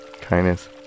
kindness